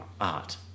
art